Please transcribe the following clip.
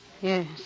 Yes